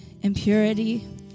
impurity